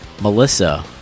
melissa